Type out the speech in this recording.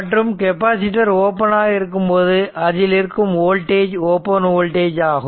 மற்றும் capacitor open ஆக இருக்கும்போது அதில் இருக்கும் வோல்டேஜ் ஓபன் வோல்டேஜ் ஆகும்